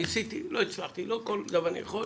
ניסיתי, לא הצלחתי, לא כל דבר אני יכול.